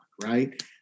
Right